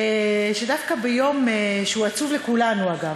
שדווקא ביום שהוא עצוב לכולנו, אגב,